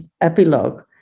epilogue